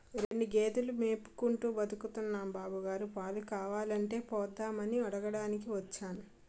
రెండు గేదెలు మేపుకుంటూ బతుకుతున్నాం బాబుగారు, పాలు కావాలంటే పోద్దామని అడగటానికి వచ్చాను